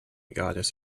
goddess